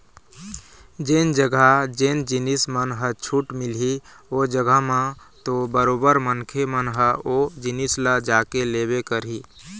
जेन जघा जेन जिनिस मन ह छूट मिलही ओ जघा म तो बरोबर मनखे मन ह ओ जिनिस ल जाके लेबे करही